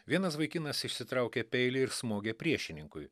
vienas vaikinas išsitraukė peilį ir smogė priešininkui